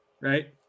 right